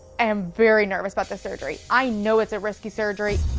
am very nervous about the surgery. i know it's a risky surgery,